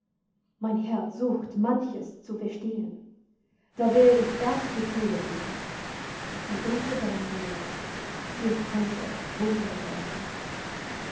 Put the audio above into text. mein herz sucht manches zu verstehn da will ich erst zur schule gehn und unter deinen lehren viel fremde wunder hören